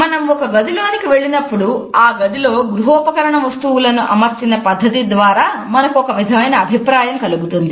మనం ఒక గదిలోనికి వెళ్ళినప్పుడు ఆ గదిలో గృహోపకరణ వస్తువులను అమర్చిన పద్ధతి ద్వారా మనకు ఒక విధమైన అభిప్రాయం కలుగుతుంది